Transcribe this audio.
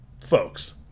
folks